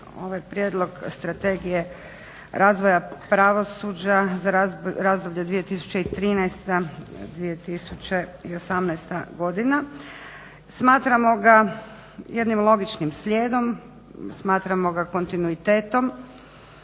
ovaj prijedlog strategije razvoja pravosuđa za razdoblje 2013.-2018. godina. Smatramo ga jednim logičnim slijedom, smatramo ga kontinuitetom,